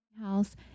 house